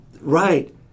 Right